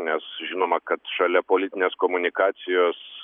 nes žinoma kad šalia politinės komunikacijos